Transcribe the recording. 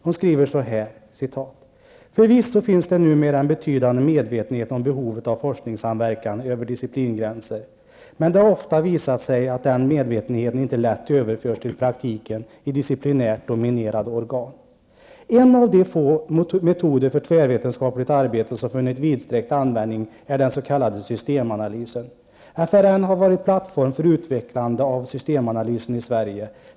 De skriver så här: ''Förvisso finns det numera en betydande medvetenhet om behovet av forskningssamverkan över disciplingränser. Men det har ofta visat sig att den medvetenheten inte lätt överförs till praktiken i disciplinärt dominerade organ.'' ''En av de få metoder för tvärtvetenskapligt arbete som vunnit vidsträckt användning är den så kallade systemanalysen. FRN har varit plattform för utvecklande av systemanalysen i Sverige.